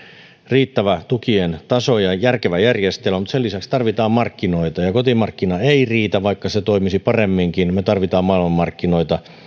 riittävä tukien taso ja järkevä järjestelmä mutta sen lisäksi tarvitaan markkinoita ja kotimarkkina ei riitä vaikka se toimisi paremminkin me tarvitsemme maailmanmarkkinoita